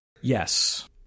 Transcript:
Yes